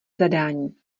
zadání